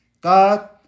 God